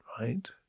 right